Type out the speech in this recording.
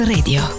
Radio